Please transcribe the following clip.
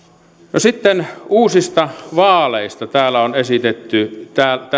no sitten uusista vaaleista täällä on esitetty